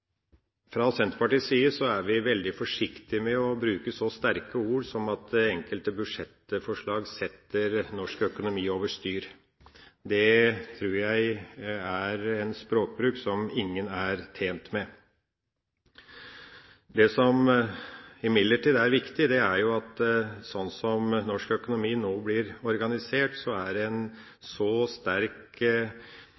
Fra Senterpartiets side er vi veldig forsiktige med å bruke så sterke ord som at enkelte budsjettforslag «setter norsk økonomi over styr». Dette er en språkbruk som jeg tror ingen er tjent med. Det som imidlertid er viktig, er at sånn som norsk økonomi nå blir organisert, er det en